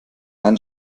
einen